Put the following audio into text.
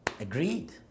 agreed